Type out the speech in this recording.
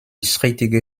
strittige